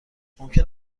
ممکن